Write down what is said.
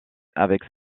avec